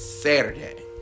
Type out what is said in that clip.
Saturday